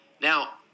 Now